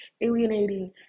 alienating